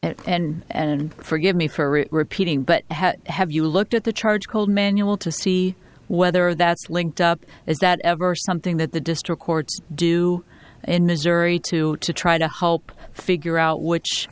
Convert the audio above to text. s and and forgive me for it repeating but have you looked at the charge called manual to see whether that's linked up as that ever something that the district courts do in missouri to to try to help figure out which